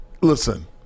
listen